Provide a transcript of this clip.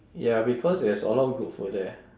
ya because there's a lot good food there